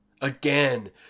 Again